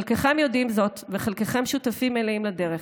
חלקכם יודעים זאת וחלקכם שותפים מלאים לדרך,